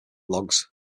logs